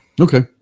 Okay